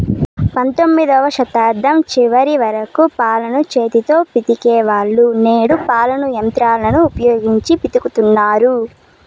పంతొమ్మిదవ శతాబ్దం చివరి వరకు పాలను చేతితో పితికే వాళ్ళు, నేడు పాలను యంత్రాలను ఉపయోగించి పితుకుతన్నారు